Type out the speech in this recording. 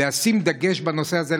חשוב לי לשים דגש על הנושא הזה,